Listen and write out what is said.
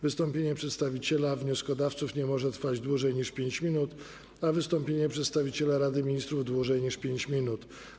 Wystąpienie przedstawiciela wnioskodawców nie może trwać dłużej niż 5 minut, a wystąpienie przedstawiciela Rady Ministrów nie może trwać dłużej niż 5 minut.